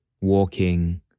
walking